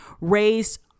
raised